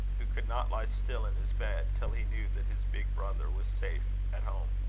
who could not lie still in his bed, till he knew that his big brother was safe at home.